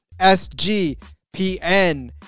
SGPN